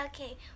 Okay